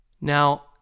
Now